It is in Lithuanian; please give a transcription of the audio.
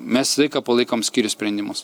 mes palaikom skyrių sprendimus